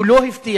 הוא לא הבטיח,